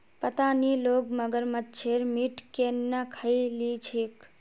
पता नी लोग मगरमच्छेर मीट केन न खइ ली छेक